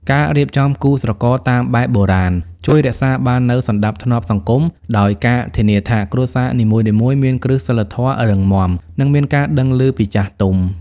ការរៀបចំគូស្រករតាមបែបបុរាណ ជួយរក្សាបាននូវ "សណ្តាប់ធ្នាប់សង្គម" ដោយការធានាថាគ្រួសារនីមួយៗមានគ្រឹះសីលធម៌រឹងមាំ និងមានការដឹងឮពីចាស់ទុំ។